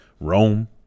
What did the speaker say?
Rome